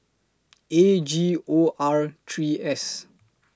A G O R three S